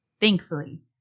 thankfully